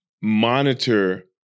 monitor